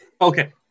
Okay